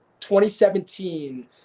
2017